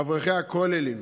אברכי הכוללים,